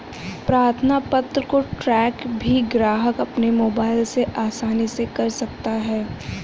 प्रार्थना पत्र को ट्रैक भी ग्राहक अपने मोबाइल से आसानी से कर सकता है